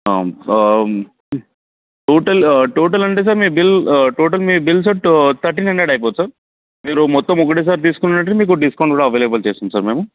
total total అంటే sir మీ bill total మీ bill sir to thirteen hundred అయిపోతుంది సార్ మీరు మొత్తం ఒకే సారి తీసుకున్నట్లైతే మీకు డిస్కౌంట్ కూడా అవైలబుల్ చేస్తాం సార్ మేము